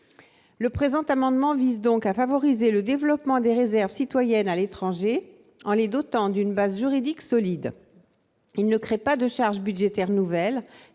Cet amendement vise donc à favoriser le développement des réserves citoyennes à l'étranger en les dotant d'une base juridique solide. Il ne crée pas de charge budgétaire nouvelle,